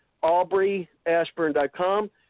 AubreyAshburn.com